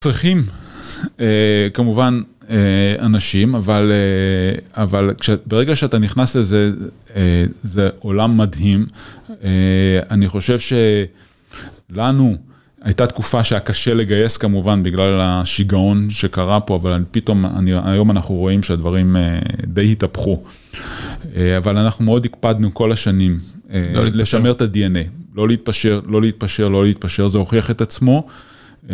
צריכים כמובן אנשים, אבל ברגע שאתה נכנס לזה, זה עולם מדהים. אני חושב שלנו הייתה תקופה שהיה קשה לגייס כמובן, בגלל השיגעון שקרה פה, אבל פתאום היום אנחנו רואים שהדברים די התהפכו. אבל אנחנו מאוד הקפדנו כל השנים לשמר את ה-DNA, לא להתפשר, לא להתפשר, לא להתפשר, זה הוכיח את עצמו.